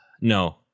no